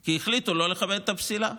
כי החליטו לא לכבד את הפסילה.